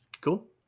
cool